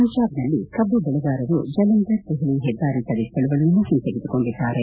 ಪಂಜಾಬ್ನಲ್ಲಿ ಕಬ್ಲು ಬೆಳೆಗಾರರು ಜಲಂಧರ್ ದೆಹಲಿ ಹೆದ್ದಾರಿ ತಡೆ ಚಳವಳಿಯನ್ನು ಹಿಂತೆಗೆದುಕೊಂಡಿದ್ದಾರೆ